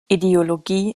ideologie